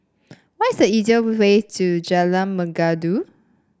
what is the easiest way to Jalan Mengkudu